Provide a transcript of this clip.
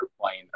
playing